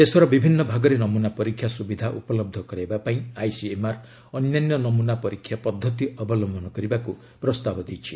ଦେଶର ବିଭିନ୍ନ ଭାଗରେ ନମୁନା ପରୀକ୍ଷା ସୁବିଧା ଉପଲବ୍ଧ କରାଇବା ପାଇଁ ଆଇସିଏମ୍ଆର୍ ଅନ୍ୟାନ୍ୟ ନମୁନା ପରୀକ୍ଷା ପଦ୍ଧତି ଅବଲମ୍ଭନ କରିବାକୁ ପ୍ରସ୍ତାବ ଦେଇଛି